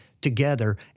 together